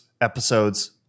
episodes